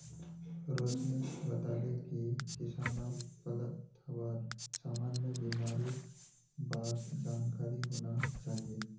रोशिनी बताले कि किसानक फलत हबार सामान्य बीमारिर बार जानकारी होना चाहिए